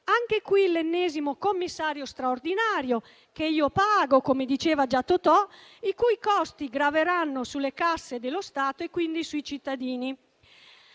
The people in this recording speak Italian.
caso l'ennesimo commissario straordinario - e io pago, come diceva già Totò - i cui costi graveranno sulle casse dello Stato e quindi sui cittadini.